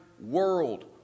world